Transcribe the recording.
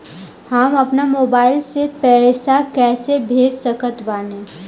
हम अपना मोबाइल से पैसा कैसे भेज सकत बानी?